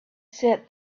said